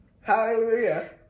Hallelujah